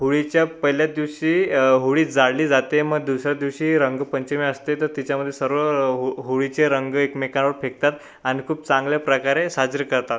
होळीच्या पहिल्याच दिवशी होळी जाळली जाते मग दुसऱ्या दिवशी रंगपंचमी असते तर तिच्यामध्ये सर्व हो होळीचे रंग एकमेकांवर फेकतात आणि खूप चांगल्या प्रकारे साजरी करतात